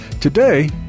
Today